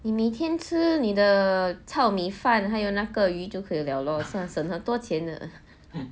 你每天吃你的糙米饭还有那个鱼就可以了省很多多钱呢